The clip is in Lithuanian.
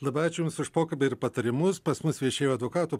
labai ačiū jums už pokalbį ir patarimus pas mus viešėjo advokatų